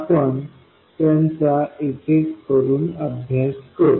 आपण त्यांचा एक एक करून अभ्यास करू